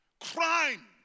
crime